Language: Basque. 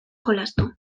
jolastu